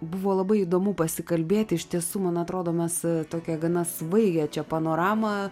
buvo labai įdomu pasikalbėti iš tiesų man atrodo mes tokią gana svaigią čia panoramą